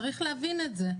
צריך להבין את זה.